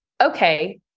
okay